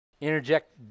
Interject